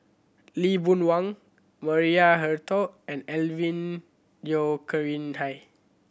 Lee Boon Wang Maria Hertogh and Alvin Yeo Khirn Hai